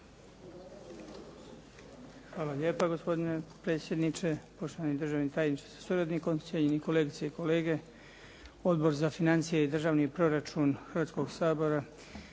Hvala lijepa gospodine predsjedniče, poštovani državni tajniče sa suradnikom, cijenjeni kolegice i kolege. Odbor za financije i državni proračun Hrvatskog sabora